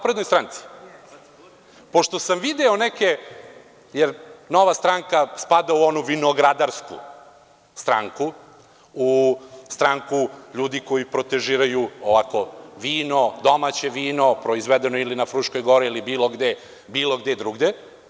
Pošto sam video neke, jer Nova stranka spada u onu vinogradarsku stranku, u stranku ljudi koji protežiraju ovako vino, domaće vino, proizvedeno ili na Fruškoj gori, ili bilo gde drugde.